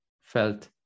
felt